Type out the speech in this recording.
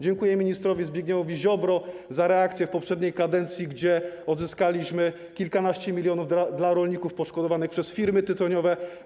Dziękuję ministrowi Zbigniewowi Ziobrze za reakcję w poprzedniej kadencji, kiedy odzyskaliśmy kilkanaście milionów dla rolników poszkodowanych przez firmy tytoniowe.